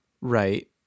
Right